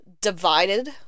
divided